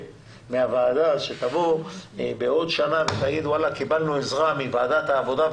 מהוועדה ותוכל בעוד שנה לבוא ולומר שקיבלת עזרה מוועדת העבודה,